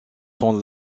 sont